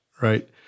right